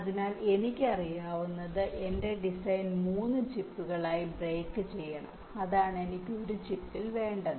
അതിനാൽ എനിക്കറിയാവുന്നത് എന്റെ ഡിസൈൻ 3 ചിപ്പുകളായി ബ്രേക്ക് ചെയ്യണം അതാണ് എനിക്ക് 1 ചിപ്പിൽ വേണ്ടത്